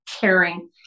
caring